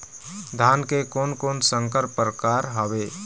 धान के कोन कोन संकर परकार हावे?